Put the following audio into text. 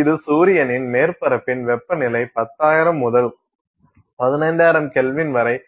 இது சூரியனின் மேற்பரப்பின் வெப்பநிலை 10000 முதல் 15000K வரை இரு மடங்கிற்கும் அதிகமாகும்